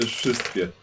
wszystkie